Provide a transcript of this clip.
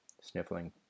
sniffling